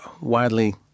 widely